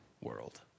world